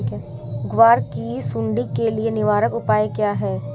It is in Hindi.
ग्वार की सुंडी के लिए निवारक उपाय क्या है?